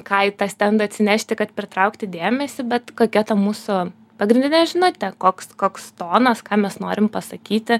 ką į tą stendą atsinešti kad pritraukti dėmesį bet kokia ta mūsų pagrindinė žinutė koks koks tonas ką mes norim pasakyti